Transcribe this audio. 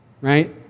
right